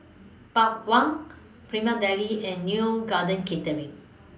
Bawang Prima Deli and Neo Garden Catering